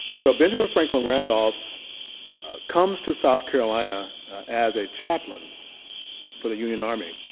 so, benjamin franklin randolph comes to south carolina as a chaplain for the union army.